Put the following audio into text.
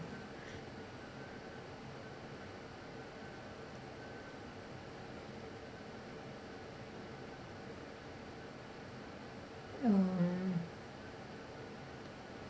um